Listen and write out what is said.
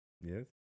Yes